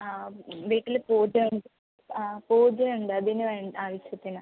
ആ വീട്ടിൽ പൂജ ഉണ്ട് ആ പൂജ ഉണ്ട് അതിന് വേണ്ട ആവശ്യത്തിനാണ്